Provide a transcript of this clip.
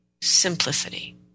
simplicity